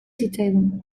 zitzaigun